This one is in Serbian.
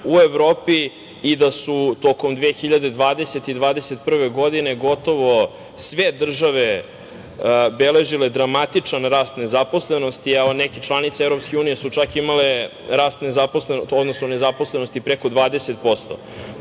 u Evropi i da su tokom 2020, 2021. godine gotovo sve države beležile dramatičan rast nezaposlenosti, a neke članice EU su imale nezaposlenost preko 20%.